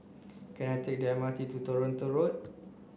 can I take the M R T to Toronto Road